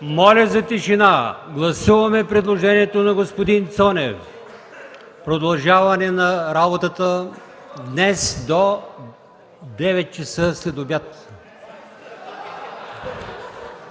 Моля за тишина! Гласуваме предложението на господин Цонев – продължаваме работата днес до 9,00 ч. след обяд...